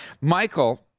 Michael